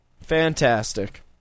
Fantastic